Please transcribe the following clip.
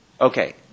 Okay